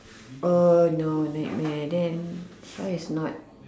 err no nightmare then Shah is not